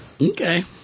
Okay